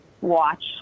watch